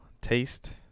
Taste